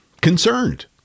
concerned